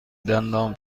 دندان